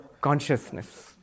consciousness